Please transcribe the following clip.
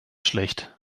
schlecht